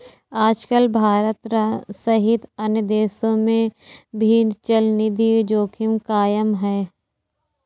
आजकल भारत सहित अन्य देशों में भी चलनिधि जोखिम कायम है